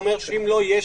ואומר שאם לא,